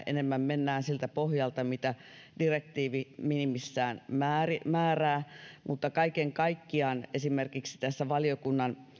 enemmän mennään siltä pohjalta mitä direktiivi minimissään määrää mutta kaiken kaikkiaan esimerkiksi tässä valiokunnan